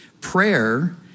Prayer